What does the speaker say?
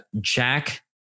jack